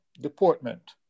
deportment